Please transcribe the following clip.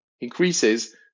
increases